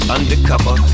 Undercover